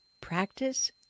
practice